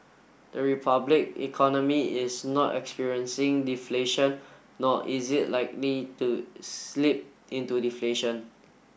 the republic economy is not experiencing deflation nor is it likely to slip into deflation